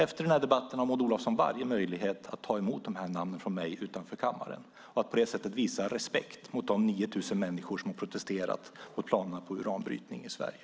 Efter den här debatten har Maud Olofsson alla möjligheter att ta emot de här namnlistorna från mig utanför kammaren och på det sättet visa respekt för de 9 000 människor som har protesterat mot planer på uranbrytning i Sverige.